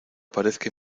parezca